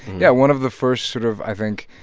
yeah, one of the first sort of i think,